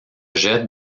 jette